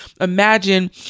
Imagine